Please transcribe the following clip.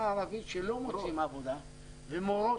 הערבית שלא מוצאים עבודה --- כ-16,000,